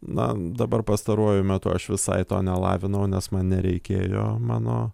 na dabar pastaruoju metu aš visai to nelavinau nes man nereikėjo mano